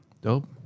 Dope